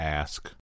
ask